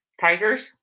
Tigers